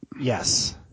Yes